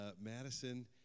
Madison